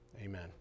Amen